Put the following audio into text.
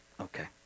Okay